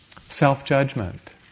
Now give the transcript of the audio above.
self-judgment